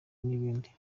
n’ibindi